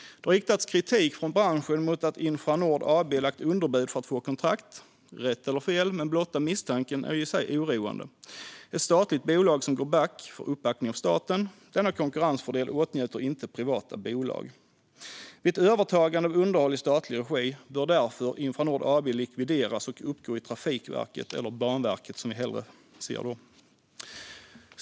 Det har riktats kritik från branschen mot att Infranord AB lagt underbud för att få kontrakt. Rätt eller fel, men blotta misstanken är i sig oroande. Ett statligt bolag som går back får uppbackning av staten. Denna konkurrensfördel åtnjuter inte privata bolag. Vid ett övertagande av underhåll i statlig regi bör därför Infranord AB likvideras och uppgå i Trafikverket eller Banverket, som vi hellre ser.